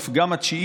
אף גם התשיעי,